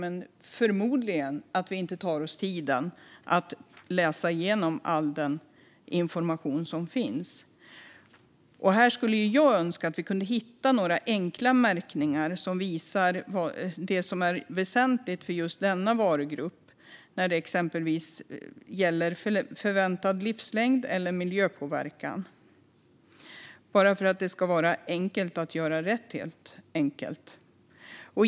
Ibland handlar det förmodligen om att vi inte tar oss tiden att läsa igenom all den information som finns. Här skulle jag önska att vi kunde hitta några enkla märkningar som visar det som är väsentligt för just denna varugrupp när det gäller exempelvis förväntad livslängd eller miljöpåverkan, bara för att det ska vara enkelt att göra rätt.